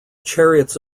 chariots